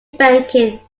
banking